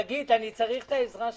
שגית, אני צריך את העזרה שלך.